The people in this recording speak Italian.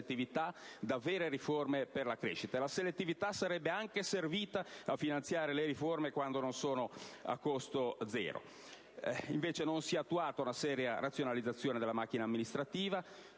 da vere riforme per la crescita. La selettività dei tagli sarebbe anche servita a finanziare le riforme quando non sono a costo zero. Invece non si è attuata una seria razionalizzazione della macchina amministrativa,